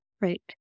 Right